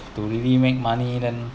to really make money then